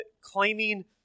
claiming